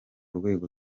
rwego